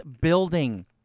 building